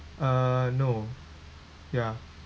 uh no ya